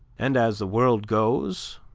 and as the world goes,